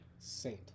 saint